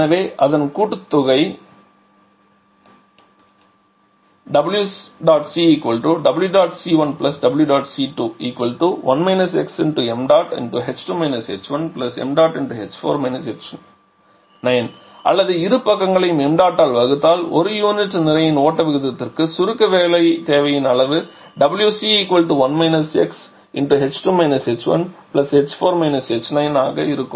எனவே அதன் கூட்டுத்தொகை WCWC1WC2 1 xmh2 h1mh4 h9 அல்லது இரு பக்கங்களையும் ṁ ஆல் வகுத்தால் ஒரு யூனிட் நிறையின் ஓட்ட விகிதத்திற்கு சுருக்க வேலை தேவையின் அளவு WC1 xh2 h1h4 h9 என இருக்கும்